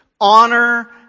Honor